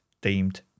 deemed